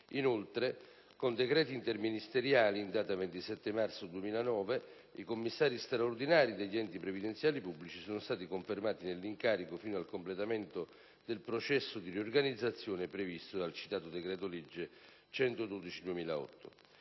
Inoltre, con decreti interministeriali, in data 27 marzo 2009, i commissari straordinari degli enti previdenziali pubblici sono stati confermati nell'incarico fino al completamento del processo di riorganizzazione previsto dal citato decreto legge n.